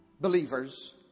believers